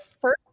First